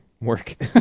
work